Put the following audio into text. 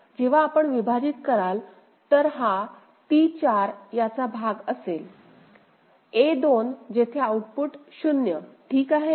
जेव्हा आपण विभाजित कराल तर हा T4 याचा भाग असेल a2 जेथे आउटपुट 0 ठीक आहे